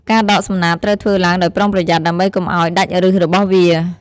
ការដកសំណាបត្រូវធ្វើឡើងដោយប្រុងប្រយ័ត្នដើម្បីកុំឱ្យដាច់ឫសរបស់វា។